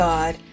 God